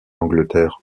angleterre